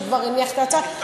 שכבר הניח את ההצעה.